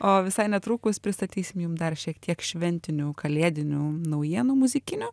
o visai netrukus pristatysim jum dar šiek tiek šventinių kalėdinių naujienų muzikinių